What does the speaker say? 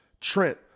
Trent